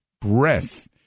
breath